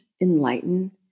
enlighten